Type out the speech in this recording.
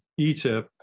ETIP